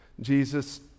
Jesus